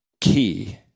key